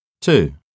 Two